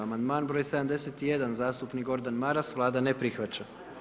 Amandman broj 71. zastupnik Gordan Maras, Vlada ne prihvaća.